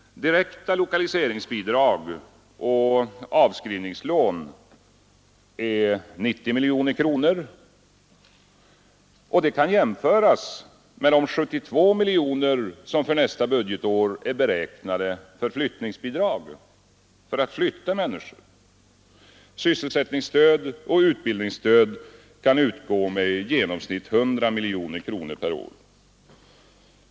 Direkta lokaliseringsbidrag och avskrivningslån är 90 miljoner kronor. Detta kan jämföras med de 72 miljoner som för nästa budgetår är beräknade för flyttningsbidrag, för att flytta människor. Sysselsättningsstöd och utbildningsstöd kan utgå med i genomsnitt 100 miljoner kronor per år.